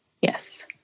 Yes